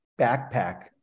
backpack